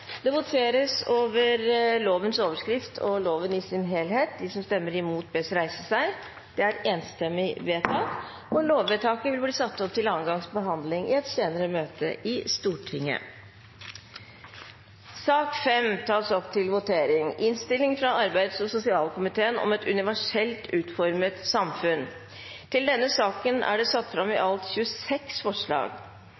Det voteres over lovens overskrift og loven i sin helhet. Lovvedtaket vil bli satt opp til annen gangs behandling i et senere møte i Stortinget. Dermed er